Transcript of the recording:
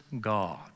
God